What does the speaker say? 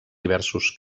diversos